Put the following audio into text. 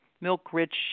milk-rich